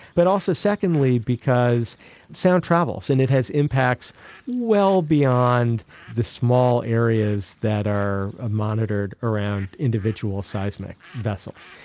but also secondly because sound travels and it has impacts well beyond the small areas that are ah monitored around individual seismic vessels.